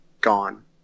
gone